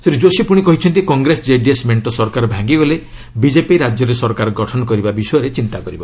ଶ୍ରୀ ଯୋଶୀ ପୁଣି କହିଛନ୍ତି କଂଗ୍ରେସ ଜେଡିଏସ୍ ମେଣ୍ଟ ସରକାର ଭାଙ୍ଗିଗଲେ ବିଜେପି ରାଜ୍ୟରେ ସରକାର ଗଠନ କରିବା ବିଷୟ ଚିନ୍ତା କରିବ